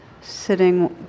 sitting